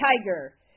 Tiger